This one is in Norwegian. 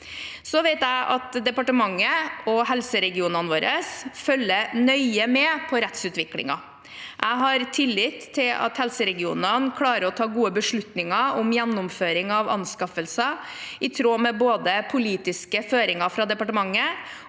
Jeg vet at departementene og helseregionene våre følger nøye med på rettsutviklingen. Jeg har tillit til at helseregionene klarer å ta gode beslutninger om gjennomføringen av anskaffelser, i tråd med både de politiske føringene fra departementet